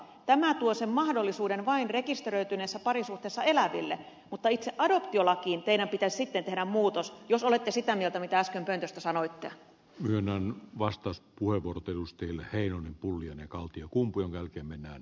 tämä vain tuo sen mahdollisuuden rekisteröityneissä parisuhteissa eläville mutta itse adoptiolakiin teidän pitäisi sitten tehdä muutos jos olette sitä mieltä mitä äsken pöntöstä sanoitte myönnän vastauspuheenvuorot edustajina heinonen pulliainen kaltiokumpu jälkeen mennään